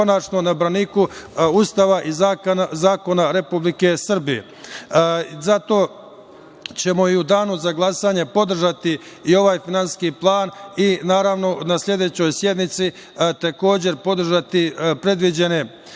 konačno na braniku Ustava i zakona Republike Srbije. Zato ćemo i u danu za glasanje podržati i ovaj finansijski plan i naravno na sledećoj sednici takođe podržati predviđene izmene,